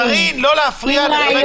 קארין, לא להפריע.